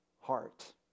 Heart